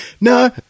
no